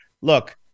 look